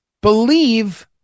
believe